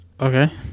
Okay